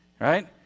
right